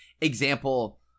example